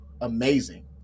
amazing